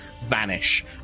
vanish